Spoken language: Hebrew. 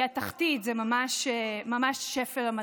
זו באמת סיטואציה שהיא התחתית, זה ממש שפל המדרגה.